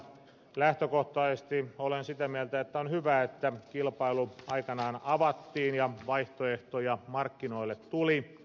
lähtökohtaisesti olen sitä mieltä että on hyvä että kilpailu aikanaan avattiin ja vaihtoehtoja markkinoille tuli